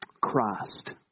Christ